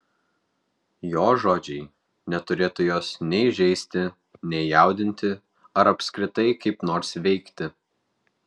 jo žodžiai neturėtų jos nei žeisti nei jaudinti ar apskritai kaip nors veikti